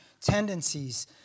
tendencies